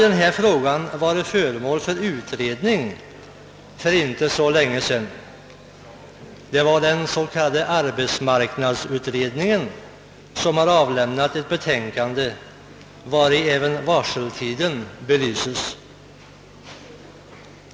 Denna fråga har varit föremål för utredning för inte så länge sedan, bl.a. i den s.k. arbetsmarknadsutredningen, som har avlämnat ett betänkande vari även varseltiden belyses.